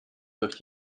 durch